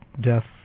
death